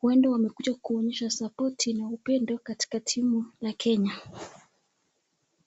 huenda wamekuja kuonyesha sapoti na upendo katika timu la Kenya.